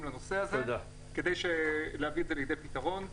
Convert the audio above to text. לנושא הזה כדי להביא אותו לפתרון,